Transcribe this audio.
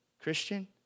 Christian